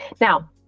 now